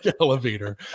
elevator